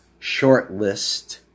Shortlist